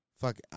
Fuck